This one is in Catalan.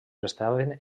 estaven